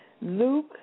Luke